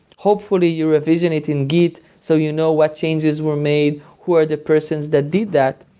hopefully you revision it in git so you know what changes were made, who are the persons that did that.